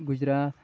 Gujarat